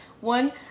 One